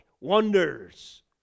wonders